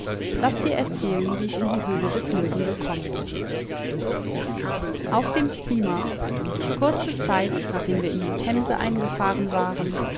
laß dir erzählen wie ich in die höhle des löwen gekommen bin auf dem steamer kurze zeit nachdem wir in die themse eingefahren waren